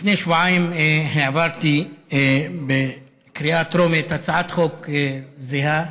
לפני שבועיים העברתי בקריאה טרומית הצעת חוק זהה,